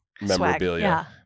memorabilia